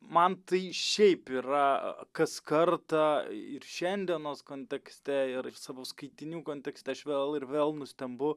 man tai šiaip yra kas kartą ir šiandienos kontekste ir savo skaitinių kontekste aš vėl ir vėl nustembu